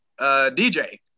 DJ